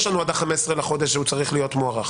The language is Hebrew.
יש לנו עד ה-15 לחודש שהוא צריך להיות מוארך.